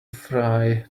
fry